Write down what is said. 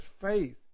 faith